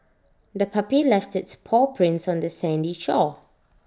the puppy left its paw prints on the sandy shore